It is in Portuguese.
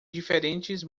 diferentes